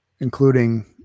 Including